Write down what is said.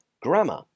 grammar